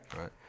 Right